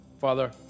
Father